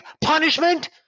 punishment